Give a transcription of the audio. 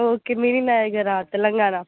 okay మీది నా దగ్గర తెలంగాణ